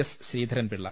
S Sreedharan Pillai